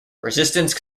resistance